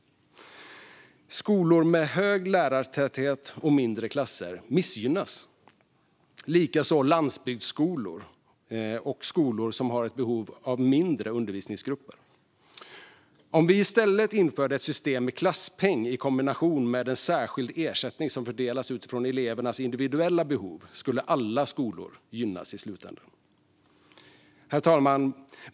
Skolor med hög lärartäthet och mindre klasser missgynnas, likaså landsbygdsskolor och skolor med behov av mindre undervisningsgrupper. Om vi i stället inför ett system med klasspeng i kombination med en särskild ersättning som fördelas utifrån elevernas individuella behov, skulle alla skolor gynnas i slutändan. Herr talman!